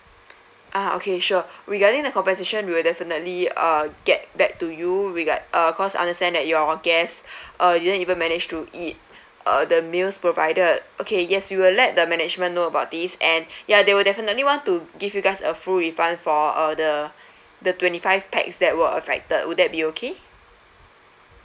ah okay sure regarding the compensation we will definitely uh get back to you regard uh cause understand that your guest uh you all didn't even manage to eat uh the meals provided okay yes we will let the management know about this and yeah they will definitely want to give you guys a full refund for uh the twenty five pax that were affected would that be okay